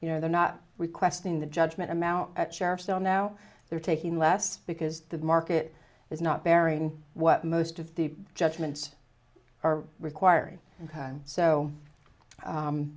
you know they're not requesting the judgment amount at sheriff so now they're taking less because the market is not bearing what most of the judgments are requiring